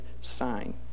sign